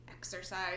exercise